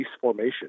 formation